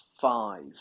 five